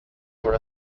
for